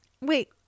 Wait